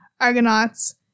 Argonauts